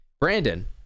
brandon